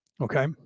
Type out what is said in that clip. Okay